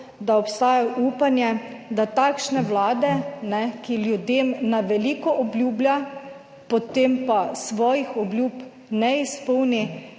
da obstaja upanje, da takšne Vlade, ki ljudem na veliko obljublja, potem pa svojih obljub ne izpolni